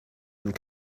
and